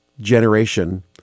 generation